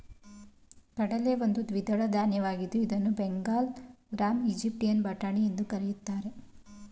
ಕಡಲೆ ಒಂದು ದ್ವಿದಳ ಧಾನ್ಯವಾಗಿದ್ದು ಇದನ್ನು ಬೆಂಗಲ್ ಗ್ರಾಂ, ಈಜಿಪ್ಟಿಯನ್ ಬಟಾಣಿ ಎಂದೆಲ್ಲಾ ಕರಿತಾರೆ